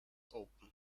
open